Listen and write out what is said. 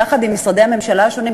יחד עם משרדי הממשלה השונים,